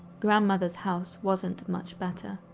grandmother's house wasn't much better.